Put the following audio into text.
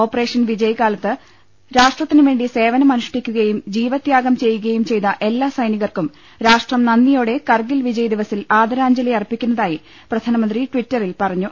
operation Vijay കാലത്ത് രാഷ്ട്രത്തിന് വേണ്ടി സേവനമനുഷ്ഠിക്കുകയും ജീവ ത്യാഗം ചെയ്യുകയും ചെയ്ത എല്ലാ സൈനികർക്കും രാഷ്ട്രം നന്ദിയോടെ കർഗിൽ വിജയ് ദിവസിൽ ആദരാ ഞ്ജലിയർപ്പിക്കുന്നതായി പ്രധാനമന്ത്രി ട്വിറ്ററിൽ പറ ഞ്ഞു